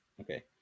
okay